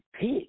pick